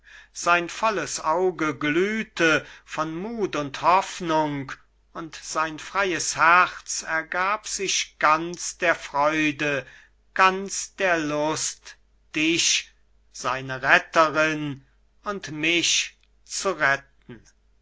sein volles auge glühte von muth und hoffnung und sein freies herz ergab sich ganz der freude ganz der lust dich seine retterin und mich zu retten